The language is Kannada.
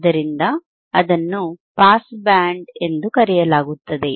ಆದ್ದರಿಂದ ಅದನ್ನು ಪಾಸ್ ಬ್ಯಾಂಡ್ ಎಂದು ಕರೆಯಲಾಗುತ್ತದೆ